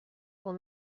will